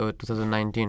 2019